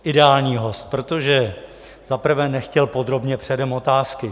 Ideální host, protože za prvé nechtěl podrobně předem otázky.